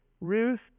Ruth